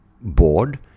bored